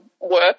work